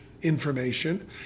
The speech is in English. information